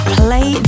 play